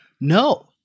No